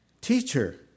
Teacher